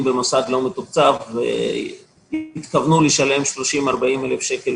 במוסד לא מתוקצב והתכוונו לשלם 30,000 -40,000 שקל